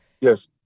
yes